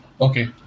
Okay